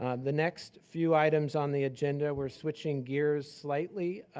um the next few items on the agenda, we're switching gears slightly